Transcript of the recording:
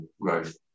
growth